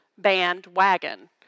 bandwagon